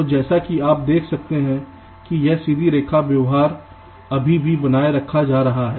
तो जैसा कि आप देख सकते हैं कि यह सीधी रेखा व्यवहार अभी भी बनाए रखा जा रहा है